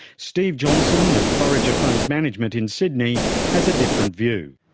steve johnson of forager funds management in sydney has a different view.